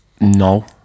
no